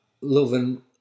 loving